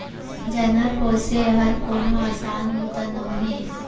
जानवर पोसे हर कोनो असान बूता नोहे